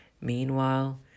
Meanwhile